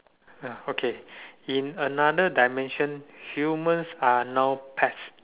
ya okay in another dimension humans are now pets